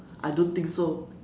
I don't think so